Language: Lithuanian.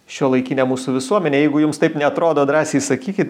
šiuolaikinę mūsų visuomenę jeigu jums taip neatrodo drąsiai sakykit